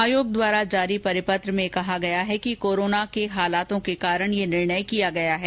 आयोग द्वारा जारी परिपत्र में कहा गया है कि कोरोना परिस्थितियों के कारण यह निर्णय किया गया है